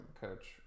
coach